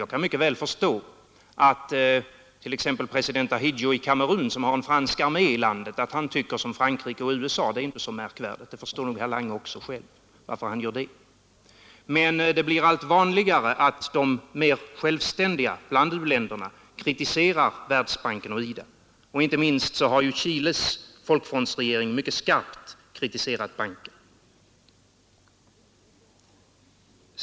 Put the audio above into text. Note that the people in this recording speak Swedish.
Jag kan mycket väl förstå att t.ex. president Ahidjo i Kamerun, som har en fransk armé i landet, tycker som Frankrike och USA. Det är inte så märkvärdigt. Herr Lange förstår nog också varför han gör det. Men det blir allt vanligare att de mer självständiga bland u-länderna kritiserar Världsbanken och IDA. Inte minst har Chiles folkfrontsregering mycket skarpt kritiserat banken.